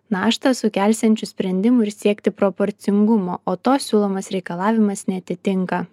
naštą sukelsiančių sprendimų ir siekti proporcingumo o to siūlomas reikalavimas neatitinka